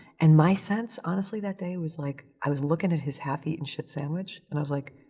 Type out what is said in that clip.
and my sense, honestly, that day was like i was looking at his half eaten shit sandwich and i was like,